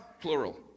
plural